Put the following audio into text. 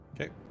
Okay